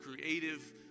creative